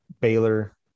Baylor